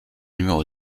numéro